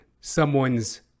someone's